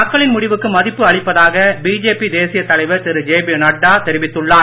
மக்களின் முடிவுக்கு மதிப்பு அளிப்பதாக பிஜேபி தேசிய தலைவர் திரு ஜேபி நட்டா தெரிவித்துள்ளார்